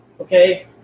okay